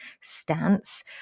stance